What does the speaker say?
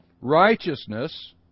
Righteousness